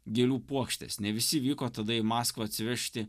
gėlių puokštes ne visi vyko tada į maskvą atsivežti